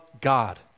God